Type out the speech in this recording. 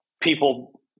people